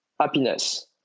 happiness